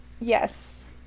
Yes